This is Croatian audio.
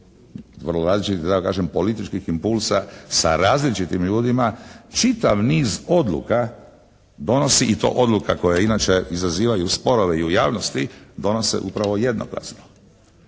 vrlo različitih da tako kažem političkih impulsa sa različitim ljudima čitav niz odluka donosi i to odluka koje inače izazivaju sporove i u javnosti donose upravo jednoglasno.